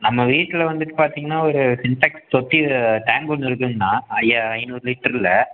நம்ம வீட்டில் வந்துட்டு பார்த்தீங்கன்னா ஒரு சின்டேக்ஸ் தொட்டி டேங்க் ஒன்று இருக்குதுங்கண்ணா ஐயா ஐந்நூறு லிட்ரில்